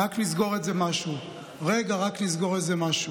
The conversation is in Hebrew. רק נסגור איזה משהו, רגע, רק נסגור איזה משהו.